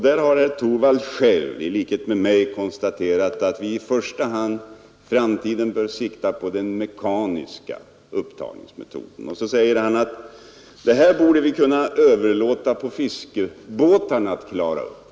Där har herr Torwald liksom jag konstaterat att vi i första hand bör sikta på att i framtiden använda mekaniska upptagningsmetoder. Men där säger herr Torwald att den saken borde kunna överlåtas åt våra fiskare att klara upp.